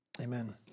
Amen